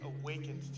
awakened